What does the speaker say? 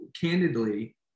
candidly